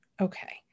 Okay